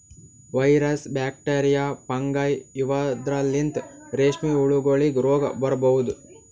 virus, bacteria, fungi ಇವದ್ರಲಿಂತ್ ರೇಶ್ಮಿ ಹುಳಗೋಲಿಗ್ ರೋಗ್ ಬರಬಹುದ್